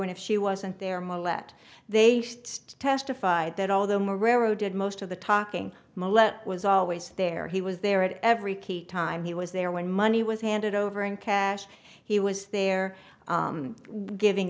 and if she wasn't there milat they testified that all of them were railroaded most of the talking mallette was always there he was there at every key time he was there when money was handed over in cash he was there giving